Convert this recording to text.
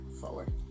forward